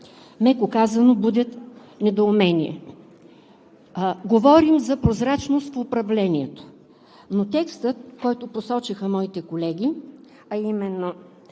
меко казано, будят недоумение. Говорим за прозрачност в управлението, но текстът, който посочиха моите колеги, а именно